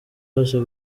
bose